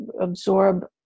absorb